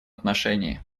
отношении